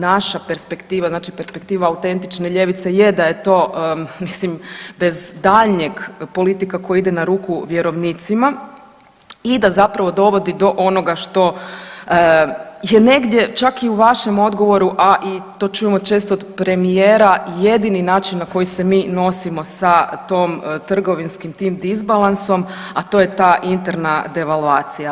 Naša perspektiva, znači perspektiva autentične ljevice je da je to mislim bez daljnjeg politika koja ide na ruku vjerovnicima i da zapravo dovodi do onoga što je negdje čak i u vašem odgovoru, a i to čujemo često od premijera jedini način na koji se mi nosimo sa tim trgovinskim disbalansom a to je ta interna devaluacija.